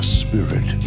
spirit